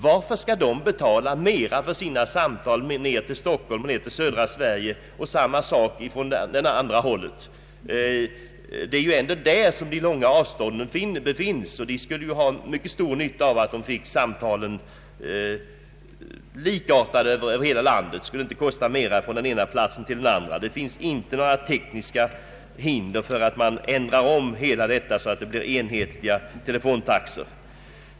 Varför skall man betala mer för sina samtal från Norrland till Stockholm och södra Sverige, och vice versa? Det är ändå där uppe de långa avstånden finns, och norrlänningarna skulle ha mycket stor nytta av om taxorna blev likartade över hela landet och det inte kostade mer vart man än ringde. Det finns inte några tekniska hinder för att ändra hela systemet, så att vi får enhetliga teletaxor.